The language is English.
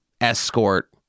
escort